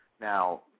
now